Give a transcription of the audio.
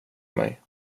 mig